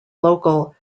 local